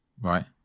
Right